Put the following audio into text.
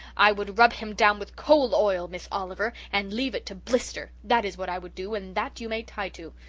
i would rub him down with coal oil, miss oliver and leave it to blister. that is what i would do and that you may tie to.